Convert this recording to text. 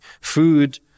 food